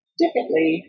differently